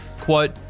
quote